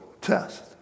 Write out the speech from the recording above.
test